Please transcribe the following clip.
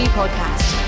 podcast